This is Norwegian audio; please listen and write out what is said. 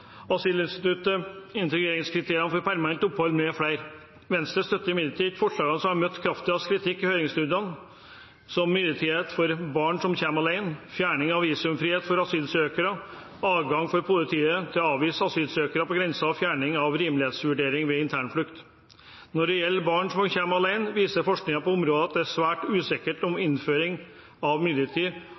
asylinstituttet, integreringskriterier for permanent opphold mfl. Venstre støtter imidlertid ikke forslagene som har møtt kraftigst kritikk i høringsrundene, som midlertidighet for barn som kommer alene, fjerning av visumfrihet for asylsøkere, adgang for politiet til å avvise asylsøkere på grensen og fjerning av rimelighetsvurdering ved internflukt. Når det gjelder barn som kommer alene, viser forskningen på området at det er svært usikkert om innføring av